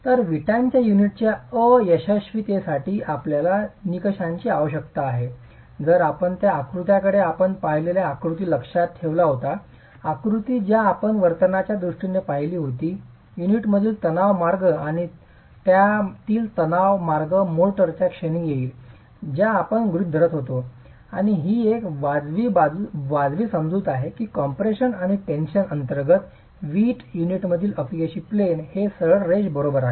तर विटांच्या युनिटच्या अयशस्वीतेसाठी आपल्याला निकषांची आवश्यकता आहे जर आपण ज्या आकृत्याकडे आपण पाहिलेला आकृती लक्षात ठेवला होता आकृती ज्या आपण वर्तनच्या दृष्टीने पाहिली होती युनिटमधील तणाव मार्ग आणि त्यातील तणाव मार्ग मोर्टार त्या क्षणी येईल ज्या आपण गृहीत धरत होतो आणि ही एक वाजवी समजूत आहे की कॉम्प्रेशन आणि टेन्शन अंतर्गत वीट युनिटमधील अपयशी प्लेन हे सरळ रेष बरोबर आहे